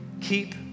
Keep